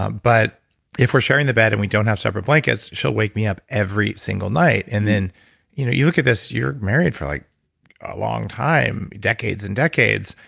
um but if we're sharing the bed and we don't have separate blankets, she'll wake me up every single night. and then you know you look at this, you're married for like a long time, decades and decades,